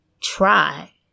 try